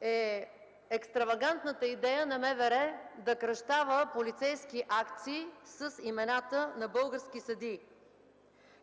е екстравагантната идея на МВР да кръщава полицейски акции с имената на български съдии,